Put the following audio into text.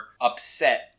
upset